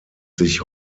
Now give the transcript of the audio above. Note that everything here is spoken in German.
sich